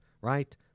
right